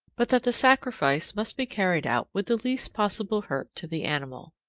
but that the sacrifice must be carried out with the least possible hurt to the animal.